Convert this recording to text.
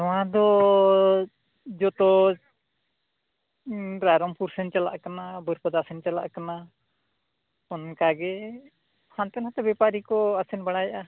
ᱱᱚᱣᱟ ᱫᱚ ᱡᱚᱛᱚ ᱨᱟᱭᱨᱚᱢᱯᱩᱨ ᱥᱮᱱ ᱪᱟᱞᱟᱜ ᱠᱟᱱᱟ ᱵᱟᱹᱨ ᱯᱟᱫᱟ ᱥᱮ ᱪᱟᱞᱟᱜ ᱠᱟᱱᱟ ᱚᱱᱠᱟᱜᱮ ᱦᱟᱱᱛᱮ ᱱᱷᱟᱛᱮ ᱵᱮᱯᱟᱨᱤ ᱠᱚ ᱟᱥᱮᱱ ᱵᱟᱲᱟᱭᱮᱫᱼᱟ